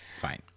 Fine